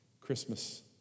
Christmas